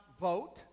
vote